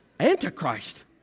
Antichrist